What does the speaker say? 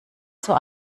zur